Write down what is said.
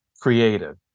creative